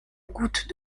goutte